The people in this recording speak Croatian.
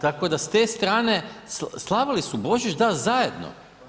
Tako da s te strane, slavili su Božić, da, zajedno.